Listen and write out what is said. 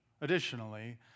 Additionally